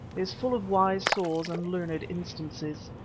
is full of wise saws and learned instances.